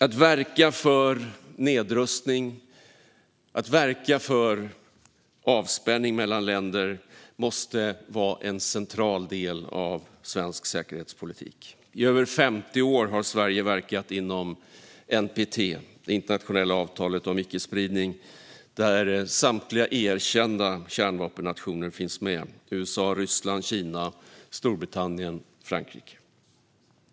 Att verka för nedrustning och avspänning mellan länder måste vara en central del av svensk säkerhetspolitik. I över 50 år har Sverige verkat inom NPT, det internationella avtalet om icke-spridning, där samtliga erkända kärnvapennationer finns med: USA, Ryssland, Kina, Storbritannien och Frankrike.